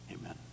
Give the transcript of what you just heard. Amen